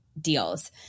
deals